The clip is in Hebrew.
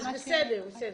בסדר.